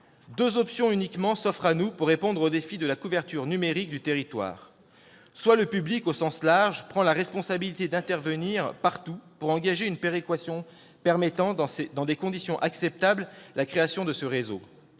Deux options uniquement s'offrent à nous pour répondre au défi de la couverture numérique du territoire : soit le public, au sens large, prend la responsabilité d'intervenir partout pour engager une péréquation permettant, dans des conditions acceptables, la création de ce réseau